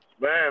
Man